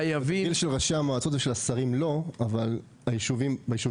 הגיל של ראשי המועצות ושל השרים לא, אבל היישובים